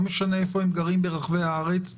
לא משנה איפה הם גרים ברחבי הארץ,